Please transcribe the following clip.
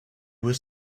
was